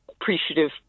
appreciative